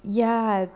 ya